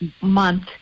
month